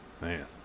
Man